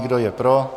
Kdo je pro?